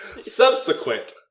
Subsequent